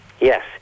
yes